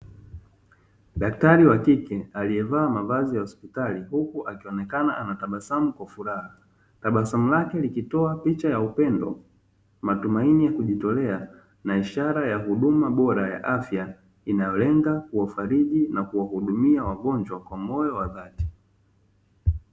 Daktari wa kike aliyevaa mavazi ya hospitali huku akionekana anatabasamu kwa furaha, tabasamu lake likitoa picha ya upendo matumaini ya kujitolea na ishara ya huduma bora ya afya inayolenga kuwafariji na kuwahudumia wagonjwa kwa moyo wa dhati.